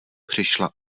přišla